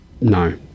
no